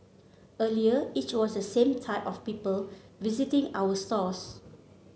earlier it was the same type of people visiting our stores